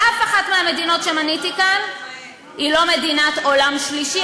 ואף אחת מהמדינות שמניתי כאן היא לא מדינת עולם שלישי.